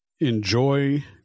enjoy